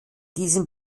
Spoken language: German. diesem